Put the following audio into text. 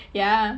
ya